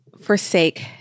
forsake